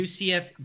UCF